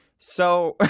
so.